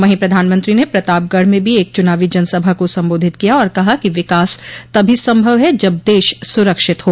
वहीं प्रधानमंत्री ने प्रतापगढ़ में भी एक चूनावी जनसभा को संबोधित किया और कहा कि विकास तभी संभव है जब देश सुरक्षित हो